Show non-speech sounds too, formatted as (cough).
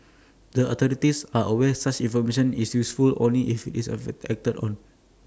the authorities are aware such information is useful only if IT is (unintelligible) acted on